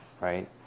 right